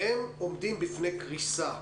והם עומדים בפני קריסה.